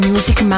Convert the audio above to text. Music